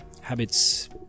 Habits